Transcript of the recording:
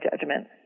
judgment